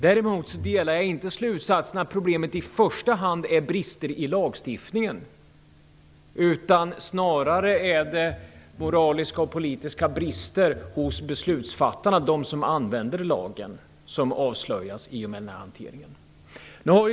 Däremot delar jag inte slutsatsen att problemet i första hand är brister i lagstiftningen. Snarare rör det sig om politiska och moraliska brister hos beslutsfattarna, de som använder lagen, som avslöjas i och med denna hantering.